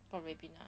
泡 ribena